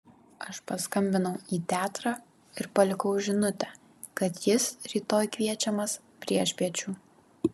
aš paskambinau į teatrą ir palikau žinutę kad jis rytoj kviečiamas priešpiečių